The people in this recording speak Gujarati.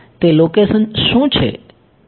તે લોકેશન શું છે